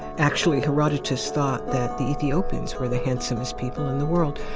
actually, herodotus thought that the ethiopians were the handsomest people in the world,